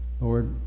Lord